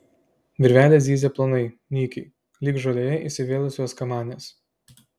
virvelės zyzia plonai nykiai lyg žolėje įsivėlusios kamanės